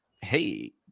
Hey